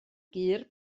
gur